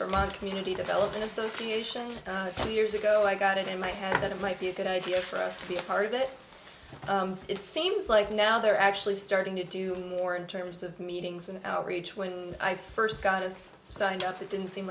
vermont community development association years ago i got it in my head it might be a good idea for us to be a part of it it seems like now they're actually starting to do more in terms of meetings and outreach when i first got those signed up it didn't seem